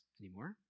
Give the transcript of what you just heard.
anymore